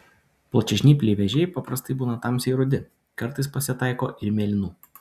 plačiažnypliai vėžiai paprastai būna tamsiai rudi kartais pasitaiko ir mėlynų